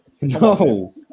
No